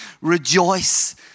Rejoice